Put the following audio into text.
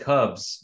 Cubs